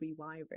rewiring